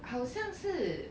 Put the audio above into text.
好像是